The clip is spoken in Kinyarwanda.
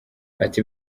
ati